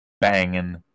Banging